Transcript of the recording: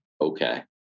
okay